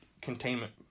containment